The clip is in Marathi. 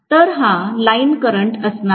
तर हा लाइन करंट असणार आहे